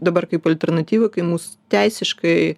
dabar kaip alternatyvą kai mums teisiškai